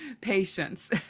patience